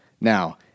Now